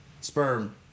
sperm